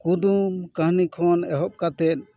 ᱠᱩᱫᱩᱢ ᱠᱟᱹᱦᱟᱱᱤ ᱠᱷᱚᱱ ᱮᱦᱚᱵ ᱠᱟᱛᱮᱫ